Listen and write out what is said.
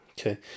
Okay